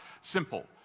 Simple